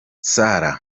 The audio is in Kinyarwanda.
sarah